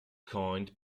coined